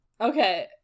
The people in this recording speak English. okay